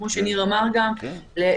כפי שאמר גם ניר,